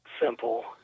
simple